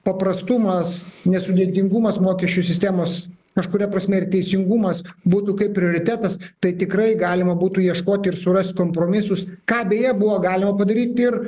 paprastumas nesudėtingumas mokesčių sistemos kažkuria prasme ir teisingumas būtų kaip prioritetas tai tikrai galima būtų ieškoti ir surasti kompromisus ką beje buvo galima padaryt ir